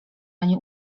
ani